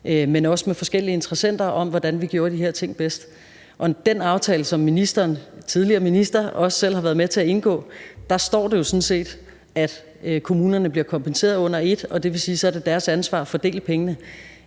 men også med forskellige interessenter, om, hvordan vi gjorde de her ting bedst. Og i den aftale, som spørgeren også selv som tidligere minister har været med til at indgå, står der jo sådan set, at kommunerne bliver kompenseret under et, og det vil sige, at det så er deres ansvar at fordele pengene.